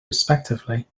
respectively